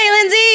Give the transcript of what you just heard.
Lindsay